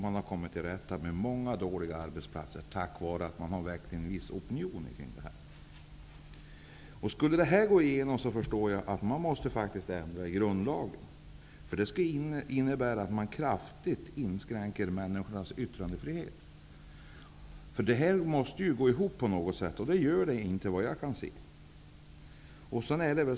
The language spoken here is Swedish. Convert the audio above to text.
Man har kommit till rätta med många dåliga arbetsplatser tack vare att en viss opinion har väckts kring detta. Om detta skulle gå igenom måste vi faktiskt ändra i grundlagen. Det skulle innebära att vi kraftigt inskränker människors yttrandefrihet. Detta måste ju gå ihop på något sätt, och vad jag kan se gör det inte det.